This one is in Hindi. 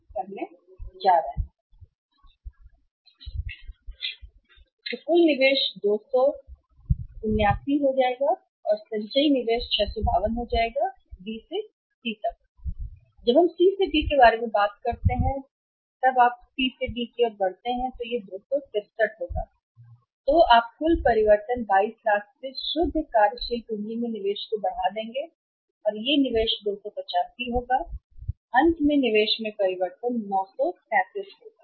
और कुल निवेश 279 हो जाएगा और संचयी निवेश 652 हो जाएगा B से C तब हम C से D के बारे में बात करते हैं जब आप C से D की ओर बढ़ते हैं तो यह 263 होगा 263 तो आप कुल परिवर्तन 22 लाख से शुद्ध कार्यशील पूंजी में निवेश बढ़ जाएगा और निवेश 285 होगा और अंत में निवेश में परिवर्तन 937 होगा